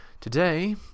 Today